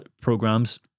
programs